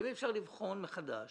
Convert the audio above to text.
האם אפשר לבחון מחדש